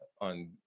on